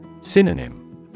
Synonym